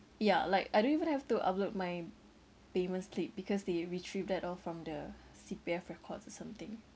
ya like I don't even have to upload my payment slip because they retrieve that all from the C_P_F records or something